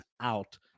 out